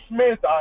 Smith